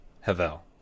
Havel